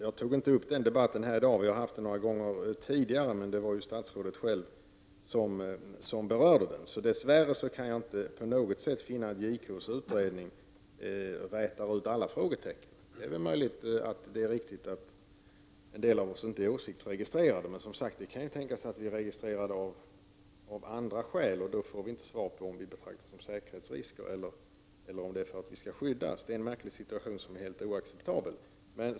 Jag tänker inte ta upp en debatt om detta här i dag, vi har debatterat det flera gånger tidigare, men statsrådet berörde ämnet. Dess värre kan jag inte på något sätt finna att JK:s utredning rätat ut alla frågetecken. Det är möjligt att en del av oss inte är åsiktsregistrerade, men det kan tänkas att vi är registrerade av andra skäl. Vi får inte veta om vi betraktas som säkerhetsrisker eller om vi skall skyddas. Det är en märklig och helt oacceptabel situation.